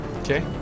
Okay